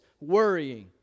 Worrying